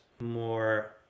more